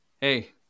hey